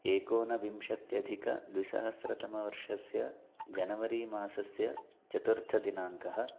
एकोनविंशत्यधिक द्विसहस्रतमवर्षस्य जनवरी मासस्य चतुर्थदिनाङ्कः